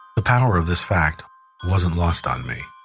the power of this fact wasn't lost on me.